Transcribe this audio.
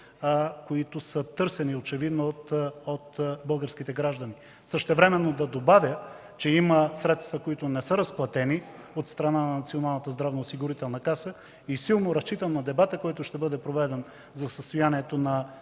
които са търсени, очевидно, от българските граждани. Същевременно да подчертая, че има средства, които не са разплатени от страна на Националната здравноосигурителна каса и силно разчитам на дебата, който ще бъде проведен за състоянието на